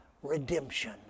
Redemption